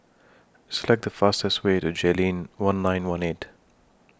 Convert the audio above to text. Select The fastest Way to Jayleen one nine one eight